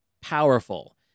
powerful